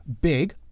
big